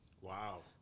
Wow